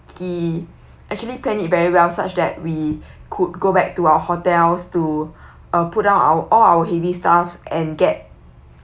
he actually plan it very well such that we could go back to our hotels to uh put down our all our heavy stuffs and get